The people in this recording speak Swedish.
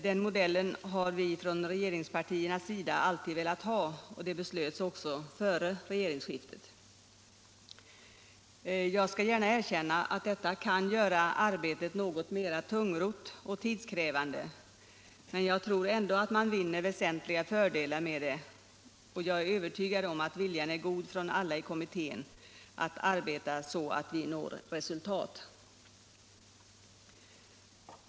Den modellen har man från regeringspartiernas sida alltid velat ha, och den beslöts också före regeringsskiftet. Jag skall gärna erkänna att detta kan göra arbetet något mera tungrott och tidskrävande, men jag tror ändå att man vinner väsentliga fördelar, och jag är övertygad om att viljan att nå resultat är god hos alla i kommittén.